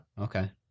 Okay